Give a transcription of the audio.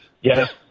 yes